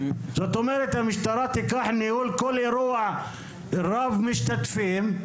זאת אומרת שהמשטרה תיקח ניהול כל אירוע רב משתתפים.